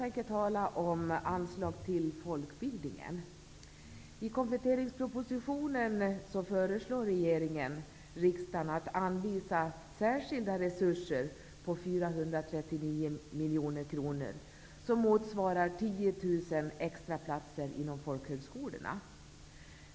Herr talman! Jag tänker tala om anslag till folkbildningen. miljoner kronor, som motsvarar 10 000 extraplatser inom folkhögskolorna.